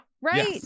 Right